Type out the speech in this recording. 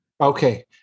Okay